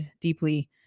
deeply